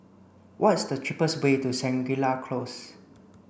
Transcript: what is the cheapest way to Shangri La Close